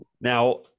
now